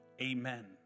Amen